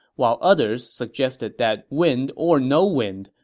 while others suggested that wind or no wind,